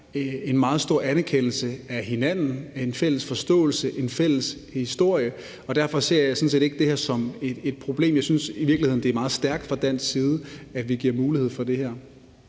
en meget stor anerkendelse af hinanden – en fælles forståelse, en fælles historie – og derfor ser jeg sådan set ikke det her som et problem. Jeg synes i virkeligheden, det er meget stærkt, at vi fra dansk side giver mulighed for det her.